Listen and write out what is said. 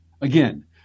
Again